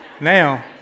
Now